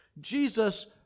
Jesus